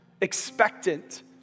expectant